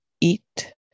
eat